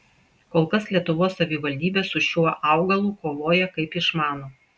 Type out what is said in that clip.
kol kas lietuvos savivaldybės su šiuo augalu kovoja kaip išmano